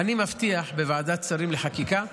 אני מבטיח שבוועדת שרים לחקיקה,